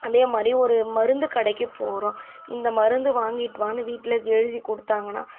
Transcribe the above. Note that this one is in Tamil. அதேமாதிரி ஒரு மருந்து கடைக்கு போகிறோம் இந்த மருந்து வாங்கிகிட்டு வான்னு வீட்டில் எழுதி கொடுத்தாங்கனா